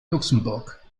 luxemburg